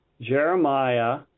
Jeremiah